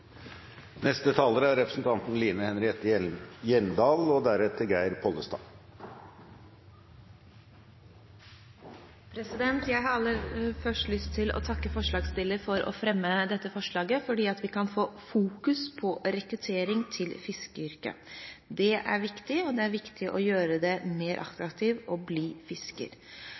Jeg har aller først lyst til å takke forslagsstilleren for å fremme dette forslaget fordi vi kan få rekruttering til fiskeryrket i fokus. Det er viktig, og det er viktig å gjøre det mer attraktivt å bli fisker.